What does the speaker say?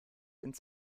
ins